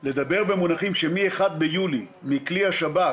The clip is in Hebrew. לדבר על כך שמ-1 ביולי, מכלי השב"כ